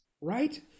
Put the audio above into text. right